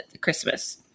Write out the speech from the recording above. Christmas